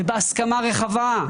ובהסכמה רחבה,